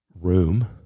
room